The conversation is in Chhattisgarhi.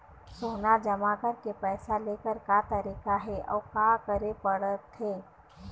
सोना जमा करके पैसा लेकर का तरीका हे अउ का करे पड़थे?